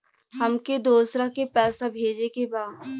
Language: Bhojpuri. हमके दोसरा के पैसा भेजे के बा?